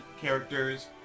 characters